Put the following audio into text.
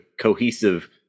cohesive